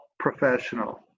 professional